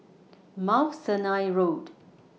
Mount Sinai Road